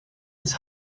his